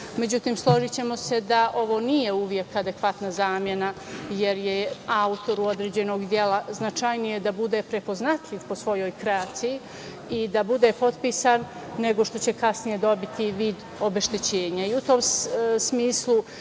Međutim, složićemo se da ovo nije uvek adekvatna zamena, jer je autoru određenog dela značajnije da bude prepoznatljiv po svojoj kreaciji i da bude potpisan, nego što će kasnije dobiti vid obeštećenja.